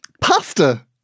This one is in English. Pasta